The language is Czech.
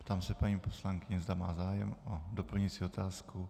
Ptám se paní poslankyně, zda má zájem o doplňující otázku.